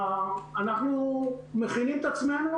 אנחנו מכינים את עצמנו.